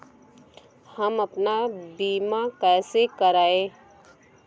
हम अपना बीमा कैसे कराए?